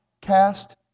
cast